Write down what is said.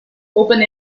open